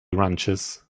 ranchers